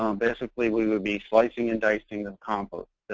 um basically we would be slicing and dicing the compost,